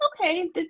Okay